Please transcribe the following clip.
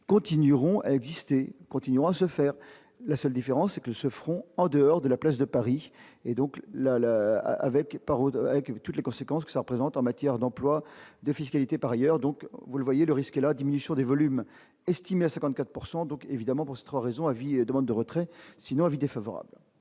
continueront à exister, continueront à se faire, la seule différence, c'est que ce front en dehors de la place de Paris et donc la, la, avec par ordre avec toutes les conséquences que ça représente en matière d'emploi, de fiscalité, par ailleurs, donc vous le voyez le risque et la diminution des volumes estimés à 54 pourcent, donc évidemment pour trop raison à vie et demande de retrait sinon avis défavorable.